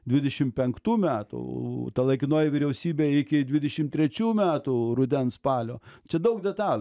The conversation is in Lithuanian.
dvidešim penktų metų ta laikinoji vyriausybė iki dvidešim trečių metų rudens spalio čia daug detalių